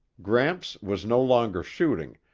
gramps was no longer shooting,